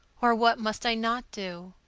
or what must i not do?